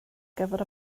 gyfer